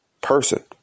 person